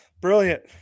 Brilliant